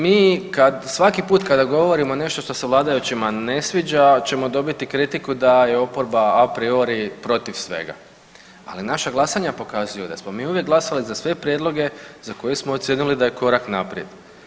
Mi kad svaki put kada govorimo nešto što se vladajućima ne sviđa ćemo dobiti kritiku da je oporba a priori protiv svega, ali naša glasanja pokazuju da smo mi uvijek glasali za sve prijedloge za koje smo ocijenili da je korak naprijed.